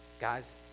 Guys